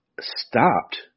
stopped